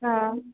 हा